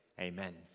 Amen